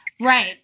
Right